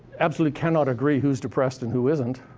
absolutely cannot agree who's depressed and who isn't,